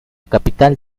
capital